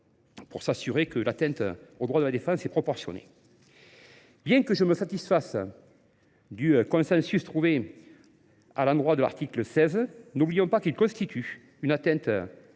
pour s'assurer que l'atteinte au droit de la défense est proportionnée. Bien que je me satisfasse du consensus trouvé à l'endroit de l'article 16, n'oublions pas qu'il constitue une atteinte